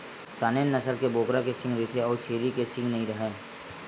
Saanen नसल के बोकरा के सींग रहिथे अउ छेरी के सींग नइ राहय